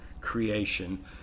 creation